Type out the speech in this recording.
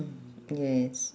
yes